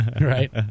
right